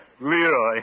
Leroy